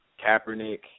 Kaepernick